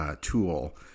tool